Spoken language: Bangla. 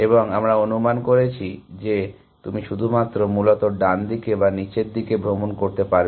এবং আমরা অনুমান করছি যে তুমি শুধুমাত্র মূলত ডানদিকে বা নীচের দিকে ভ্রমণ করতে পারবে